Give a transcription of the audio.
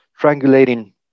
triangulating